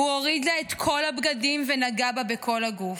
"הוא הוריד לה את כל הבגדים ונגע בה בכל הגוף.